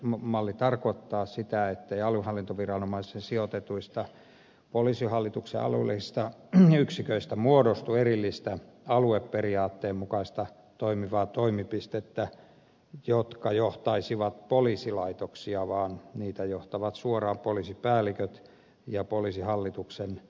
kaksiportainen hallintomalli tarkoittaa sitä ettei aluehallintoviranomaiseen sijoitetuista poliisihallituksen alueellisista yksiköistä muodostu erillisiä alueperiaatteen mukaisia toimivia toimipisteitä jotka johtaisivat poliisilaitoksia vaan niitä johtavat suoraan poliisipäälliköt ja poliisihallituksen alaisuudessa